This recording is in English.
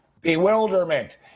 Bewilderment